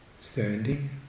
standing